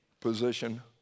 position